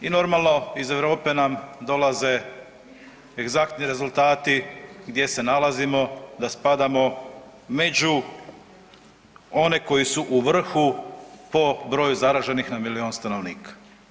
I normalno iz Europe nam dolaze egzaktni rezultati gdje se nalazimo, da spadamo među one koji su u vrhu po broju zaraženih na milijun stanovnika.